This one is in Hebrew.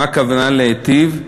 מה הכוונה להיטיב?